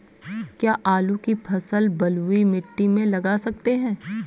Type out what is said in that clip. क्या आलू की फसल बलुई मिट्टी में लगा सकते हैं?